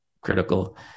critical